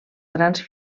grans